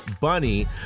bunny